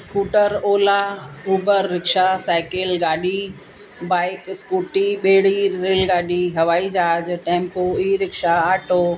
scooter Ola Uber rickshaw cycle गाॾी bike Scooty ॿेड़ी रेलगाॾी हवाई जहाज टैम्पो ई रिक्शा आटो